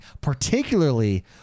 particularly